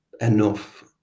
enough